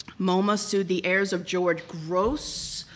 moma sued the heirs of george grosz.